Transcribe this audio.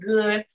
Good